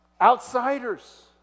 outsiders